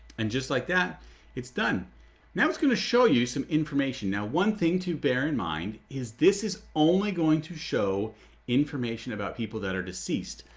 and just like that it's done now it's going to show you some information. now one thing to bear in mind is this is only going to show information about people that are deceased,